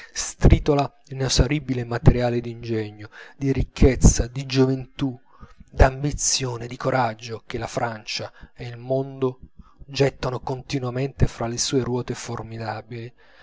spreme stritola l'inesauribile materiale d'ingegno di ricchezza di gioventù d'ambizione di coraggio che la francia e il mondo gettano continuamente fra le sue ruote formidabili